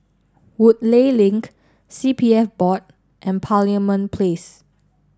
Woodleigh Link C P F Board and Parliament Place